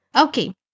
Okay